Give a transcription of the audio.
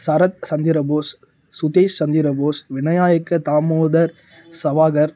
Sarath Chandrabose Sudesh Chandrabose Vinayak Damodar Savarkar